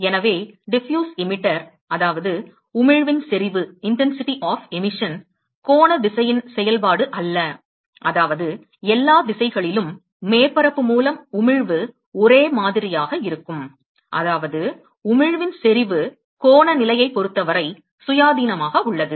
எனவே diffuse emitter அதாவது உமிழ்வின் செறிவு கோண திசையின் செயல்பாடு அல்ல அதாவது எல்லா திசைகளிலும் மேற்பரப்பு மூலம் உமிழ்வு ஒரே மாதிரியாக இருக்கும் அதாவது உமிழ்வின் செறிவு கோண நிலையைப் பொறுத்தவரை சுயாதீனமாக உள்ளது